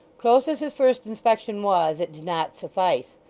close as his first inspection was, it did not suffice,